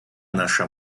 наша